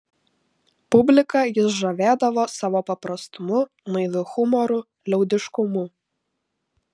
publiką jis žavėdavo savo paprastumu naiviu humoru liaudiškumu